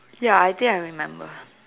ya I think I remember